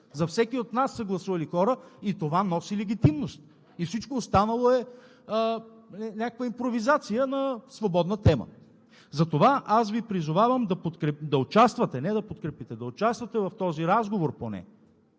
За всеки от нас са гласували хора и това носи легитимност, всичко останало е някаква импровизация на свободна тема. Затова аз Ви призовавам да участвате, не да подкрепите, да участвате в този разговор поне,